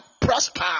prosper